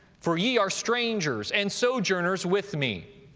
for ye are strangers and sojourners with me.